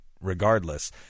regardless